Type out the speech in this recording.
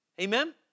Amen